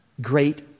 great